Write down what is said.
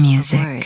Music